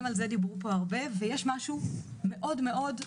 על זה דיברו פה הרבה ויש משהו מאוד מאוד,